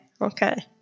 okay